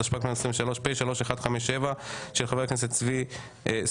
התשפ"ג 2023 (פ/3157/25),של חבר הכנסת צבי סוכות.